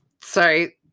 Sorry